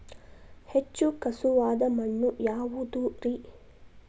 ಹೆಚ್ಚು ಖಸುವಾದ ಮಣ್ಣು ಯಾವುದು ರಿ?